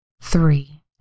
three